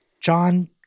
John